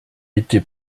été